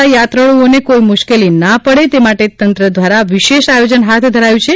પરિક્રમામાં આવતા યાત્રાળુઓ ને કોઈ મુશ્કેલી ના પડે તે માટે તંત્ર દ્વારા વિશેષ આયોજન હાથ ધરાયું છે